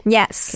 Yes